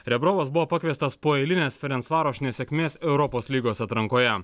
rebrovas buvo pakviestas po eilinės ferensvaroš nesėkmės europos lygos atrankoje